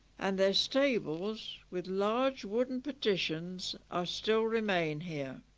and their stables with large wooden partitions ah still remain here